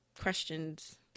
questions